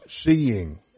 seeing